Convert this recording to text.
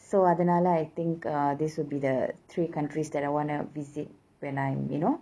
so அதனால:athanala I think uh these would be the three countries that I wanna visit when I'm you know